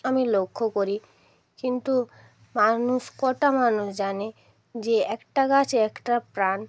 আমি লক্ষ্য করি কিন্তু মানুষ কটা মানুষ জানে যে একটা গাছ একটা প্রাণ